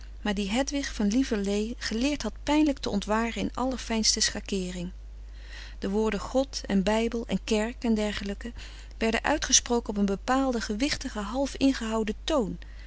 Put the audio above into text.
maar die hedwig van lieverlee geleerd had pijnlijk te ontwaren in allerfijnste schakeering de woorden god en bijbel en kerk en dergelijken werden uitgesproken op een bepaalden gewichtigen half ingehouden toon